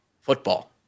football